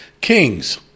kings